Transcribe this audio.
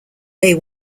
they